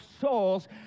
souls